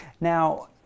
now